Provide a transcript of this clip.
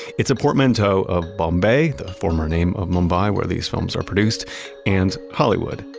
it's a portmanteau of bombay, the former name of mumbai, where these films are produced and hollywood.